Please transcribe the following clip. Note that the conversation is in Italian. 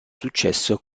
successo